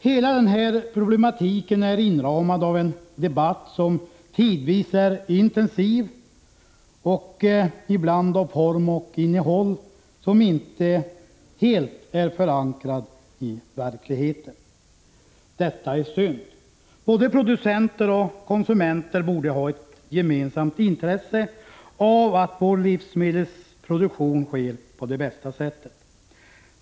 Hela den här problematiken är inramad av en debatt som tidvis är intensiv och ibland av en form och ett innehåll som inte helt är förankrade i verkligheten. Detta är synd. Både producenter och konsumenter borde ha ett gemensamt intresse av att vår livsmedelsproduktion sker på det bästa sättet.